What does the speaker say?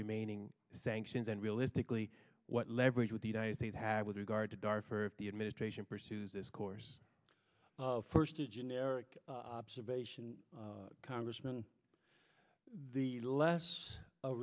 remaining sanctions and realistically what leverage with the united states have with regard to daraa for the administration pursues this course first a generic observation congressman the last